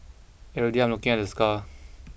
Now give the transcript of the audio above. every day I'm looking at the scar